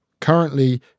currently